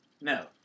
No